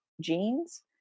genes